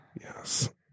Yes